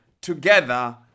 together